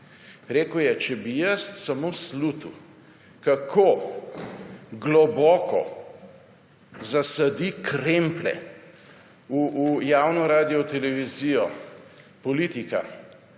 Rekel je: »Če bi jaz samo slutil, kako globoko zasadi kremplje v javno radiotelevizijo politika,